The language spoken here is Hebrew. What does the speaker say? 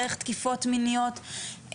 דרך תקיפות מיניות.